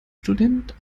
student